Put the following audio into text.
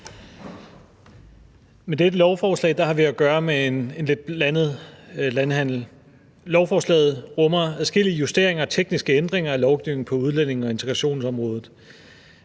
Med dette lovforslag har vi at gøre med en lidt blandet landhandel. Lovforslaget rummer adskillige justeringer og tekniske ændringer af lovgivningen på udlændinge- og integrationsområdet.